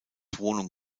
wohnung